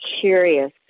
curious